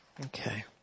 Okay